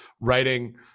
writing